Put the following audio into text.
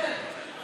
נגד עמיר פרץ,